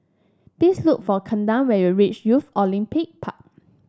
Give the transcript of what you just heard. please look for Kaden when you reach Youth Olympic Park